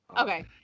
Okay